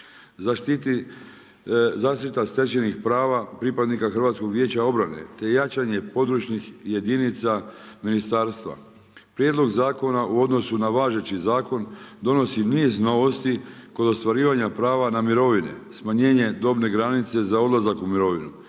rata. Zaštita stečajnih prava pripadnika HVO-a te jačanje područnih jedinica ministarstva. Prijedlog zakona u odnosu na važeći zakon donosi niz novosti kod ostvarivanja prava na mirovine, smanjenje dobne granice za odlazak u mirovinu,